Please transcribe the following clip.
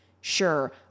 Sure